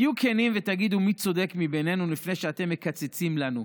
תהיו כנים ותגידו מי צודק מבינינו לפני שאתם מקצצים לנו.